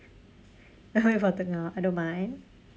you want to wait for tengah I don't mind